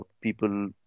people